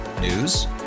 News